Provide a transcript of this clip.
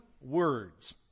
words